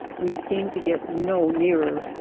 we seemed to get no nearer,